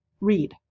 read